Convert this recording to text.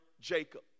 Jacob